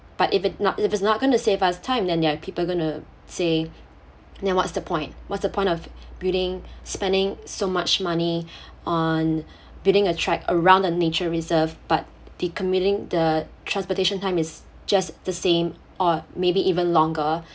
but if it not if it's not gonna save us time then there are people gonna say then what's the point what's the point of building spending so much money on building a track around the nature reserve but the commuting the transportation time is just the same or maybe even longer